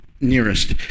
nearest